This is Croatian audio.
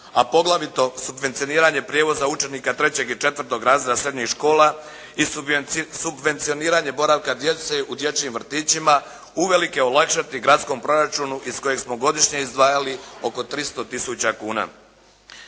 a poglavito subvencioniranje prijevoza učenika 3. i 4. razreda srednjih škola i subvencioniranje boravka djece u dječjim vrtićima, uvelike olakšati gradskom proračunu iz kojeg smo godišnje izdvajali oko 300 tisuća kuna.